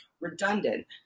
redundant